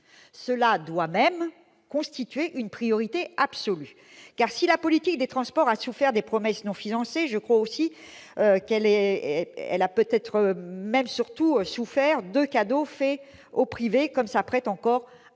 cela doit même constituer une priorité absolue. Si la politique des transports a souffert des promesses non financées, elle a peut-être surtout souffert de cadeaux faits au privé, comme s'apprête encore à en